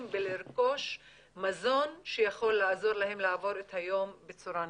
בלרכוש מזון שיכול לעזור להם לעבור את היום בצורה נכונה.